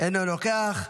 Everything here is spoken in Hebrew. אינו נוכח.